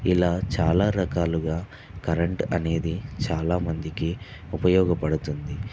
ఇలా చాలా రకాలుగా కరెంట్ అనేది చాలామందికి ఉపయోగపడుతుంది